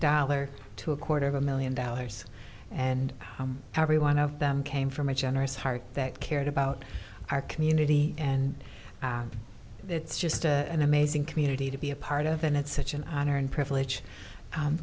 dollar to a quarter of a million dollars and every one of them came from a generous heart that cared about our community and it's just an amazing community to be a part of and it's such an honor and privilege